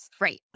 right